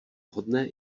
vhodné